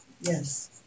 Yes